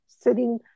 sitting